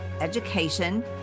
education